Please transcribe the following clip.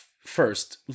first